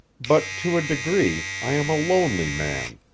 but to a degree i am a lonely man.